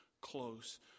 close